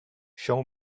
show